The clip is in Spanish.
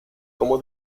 como